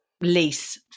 lease